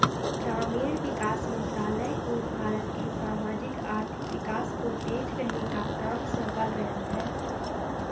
ग्रामीण विकास मंत्रालय को भारत के सामाजिक आर्थिक विकास को तेज करने का काम सौंपा गया है